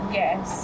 yes